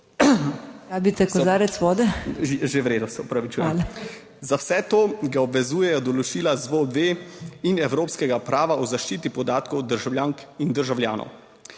Za vse to ga obvezujejo določila ZVOP-2 in evropskega prava o zaščiti podatkov državljank in državljanov.